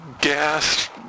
gas